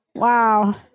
Wow